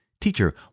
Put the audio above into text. Teacher